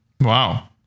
Wow